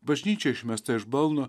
bažnyčia išmesta iš balno